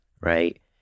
right